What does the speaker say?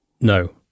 No